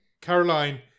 Caroline